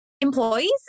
employees